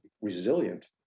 resilient